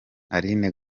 aline